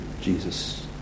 Jesus